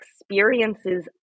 experiences